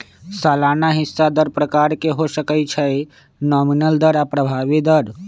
सलाना हिस्सा दर प्रकार के हो सकइ छइ नॉमिनल दर आऽ प्रभावी दर